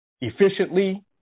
efficiently